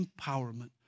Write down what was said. empowerment